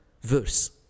verse